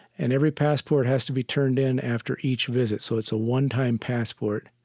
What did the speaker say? and every passport has to be turned in after each visit. so it's a one-time passport.